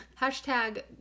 hashtag